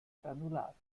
granulat